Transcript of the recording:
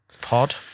pod